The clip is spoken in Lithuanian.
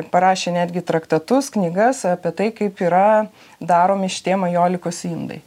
parašė netgi traktatus knygas apie tai kaip yra daromi šitie majolikos indai